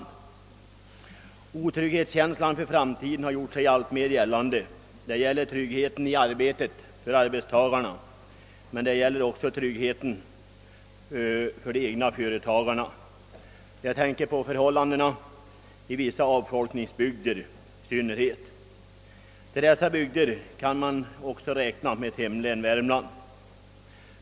En känsla av otrygghet inför framtiden har gjort sig alltmer gällande. Det gäller tryggheten i arbetet både för arbetstagarna och för de egna företagarna. Jag tänker i synnerhet på förhållandena i vissa avfolkningsbygder. Till dessa bygder kan man också räkna mitt hemlän Värmland.